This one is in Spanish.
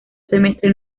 semestre